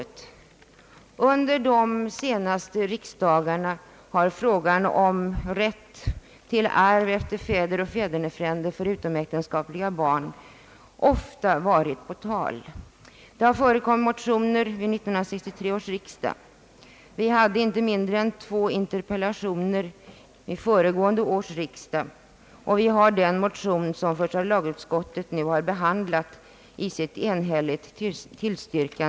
Redan tidigare kan krav i denna riktning ha rests. Under de senaste riksdagarna har frågan om rätt till arv efter fäder och fädernefränder för barn utom äktenskap ofta varit på tal. Det har väckts motioner vid 1963 års riksdag. Det framställdes två interpellationer i ämnet vid föregående års riksdag, och vi har nu att ta ställning till en motion som första lagutskottet har behandlat och enhälligt tillstyrkt.